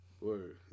Word